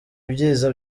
ibyiza